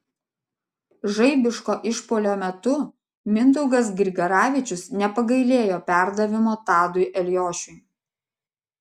žaibiško išpuolio metu mindaugas grigaravičius nepagailėjo perdavimo tadui eliošiui